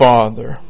Father